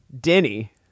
Denny